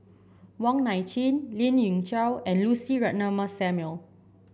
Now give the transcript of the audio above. Wong Nai Chin Lien Ying Chow and Lucy Ratnammah Samuel